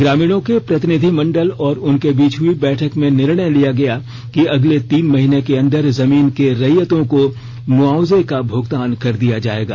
ग्रामीणों के प्रतिनिधिमंडल और उनके बीच हुई बैठक में निर्णय लिया गया कि अगले तीन महीने के अंदर जमीन के रैयतों को मुआवजे का भुगतान कर दिया जाएगा